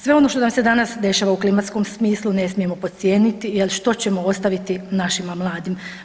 Sve ono što nam se danas dešava u klimatskom smislu ne smijemo podcijeniti jer što ćemo ostaviti našima mladim.